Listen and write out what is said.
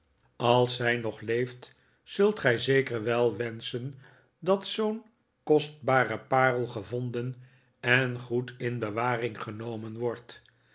als zij nog leeft zult gij zeker wel wenschen dat zoo'n kostbare parel gevonden en goed in bewaring genomen wordt